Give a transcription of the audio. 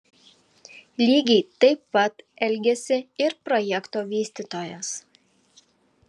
lygiai taip pat elgėsi ir projekto vystytojas